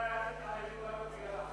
רק בגלל החזיר הזה.